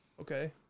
Okay